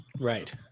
Right